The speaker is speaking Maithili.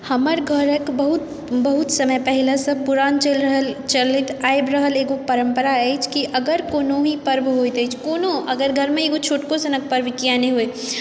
हमर घरके बहुत बहुत समय पहिनेसँ पुरान चलैत आबि रहल एगो परम्परा अछि कि अगर कोनो भी पर्व होइत अछि कोनो अगर घरमे एगो छोटो सनक पर्व किएक ने होइ